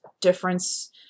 difference